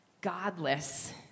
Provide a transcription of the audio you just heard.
godless